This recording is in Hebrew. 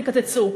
תקצצו,